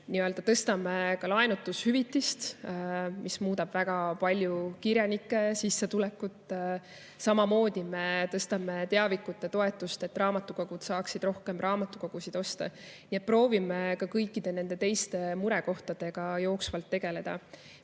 tõstame ka laenutushüvitist, mis muudab väga palju kirjanike sissetulekut. Samamoodi me tõstame teavikute toetust, et raamatukogud saaksid rohkem raamatuid osta. Ja proovime ka kõikide teiste murekohtadega jooksvalt tegeleda. Mis